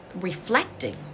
reflecting